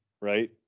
Right